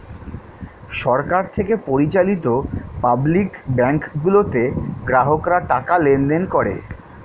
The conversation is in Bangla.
সরকার থেকে পরিচালিত পাবলিক ব্যাংক গুলোতে গ্রাহকরা টাকা লেনদেন করে